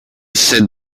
said